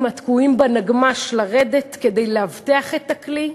התקועים בנגמ"ש לרדת כדי לאבטח את הכלי,